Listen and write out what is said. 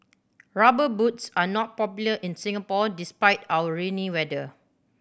Rubber Boots are not popular in Singapore despite our rainy weather